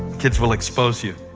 kids will expose you.